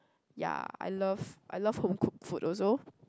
ya I love I love home-cooked food also